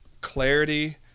clarity